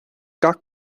gach